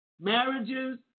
marriages